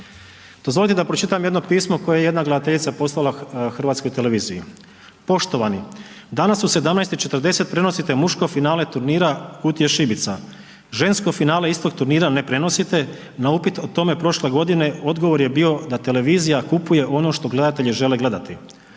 Dozvolite da pročitam jedno pismo koje je jedna gledateljica poslala Hrvatskoj televiziji: